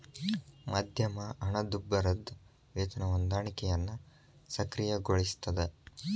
ಮಧ್ಯಮ ಹಣದುಬ್ಬರದ್ ವೇತನ ಹೊಂದಾಣಿಕೆಯನ್ನ ಸಕ್ರಿಯಗೊಳಿಸ್ತದ